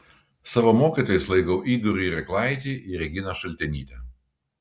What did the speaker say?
savo mokytojais laikau igorį reklaitį ir reginą šaltenytę